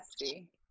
nasty